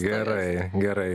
gerai gerai